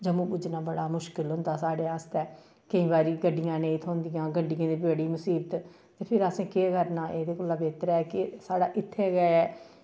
जम्मू पुज्जना बड़ा मुश्कल होंदा साढ़े आस्तै केईं बारी गड्डियां नेईं थ्होंदियां गड्डियें दी बड़ी मसीबत फिर असें केह् करना एह्दे कोला बेह्तर ऐ कि साढ़ा इत्थें गै